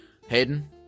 Hayden